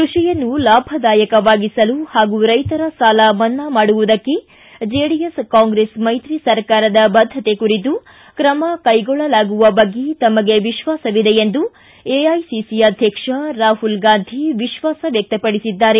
ಕೃಷಿಯನ್ನು ಲಾಭದಾಯಕವಾಗಿಸಲು ಹಾಗೂ ರೈತರ ಸಾಲ ಮನ್ನಾ ಮಾಡುವುದಕ್ಕೆ ಜೆಡಿಎಸ್ ಕಾಂಗ್ರೆಸ್ ಮೈತ್ರಿ ಸರ್ಕಾರದ ಬದ್ಧತೆ ಕುರಿತು ಕ್ರಮ ಕೈಗೊಳ್ಳಲಾಗುವ ಬಗ್ಗೆ ತಮಗೆ ವಿಶ್ವಾಸವಿದೆ ಎಂದು ಎಐಸಿಸಿ ಅಧ್ಯಕ್ಷ ರಾಹುಲ್ ಗಾಂಧಿ ವಿಶ್ವಾಸ ವ್ಯಕ್ತಪಡಿಸಿದ್ದಾರೆ